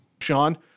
Sean